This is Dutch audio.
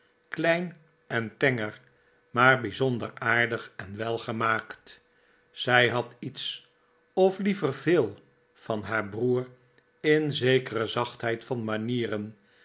klein en tenger maar bijzonder aardig en welgemaakt zij had iets of liever veel van haar broer in zekere zachtheid van manieren